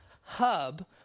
Hub